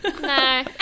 No